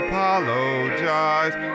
Apologize